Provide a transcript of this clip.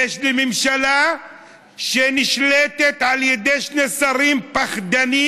יש לי ממשלה שנשלטת על ידי שני שרים פחדנים,